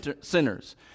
sinners